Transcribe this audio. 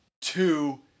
two